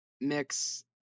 mix